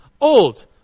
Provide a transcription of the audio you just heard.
old